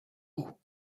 haut